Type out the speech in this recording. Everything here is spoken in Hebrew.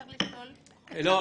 תודה.